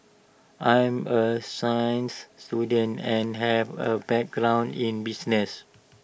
I'm A science student and have A background in business